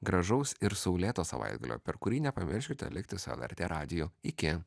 gražaus ir saulėto savaitgalio per kurį nepamirškite likti su lrt radiju iki